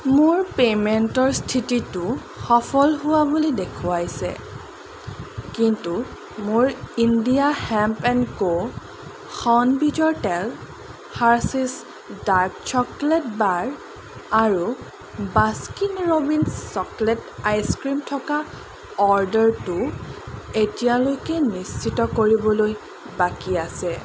মোৰ পে'মেণ্টৰ স্থিতিটো সফল হোৱা বুলি দেখুৱাইছে কিন্তু মোৰ ইণ্ডিয়া হেম্প এণ্ড কো শণ বীজৰ তেল হাৰ্সীছ ডাৰ্ক চকলেট বাৰ আৰু বাস্কিন ৰবিন্ছ চকলেট আইচক্ৰীম থকা অৰ্ডাৰটো এতিয়ালৈকে নিশ্চিত কৰিবলৈ বাকী আছে